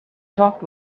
talked